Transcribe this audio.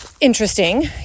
interesting